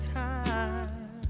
time